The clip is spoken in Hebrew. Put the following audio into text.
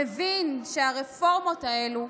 מבין שהרפורמות האלה,